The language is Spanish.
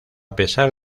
pesar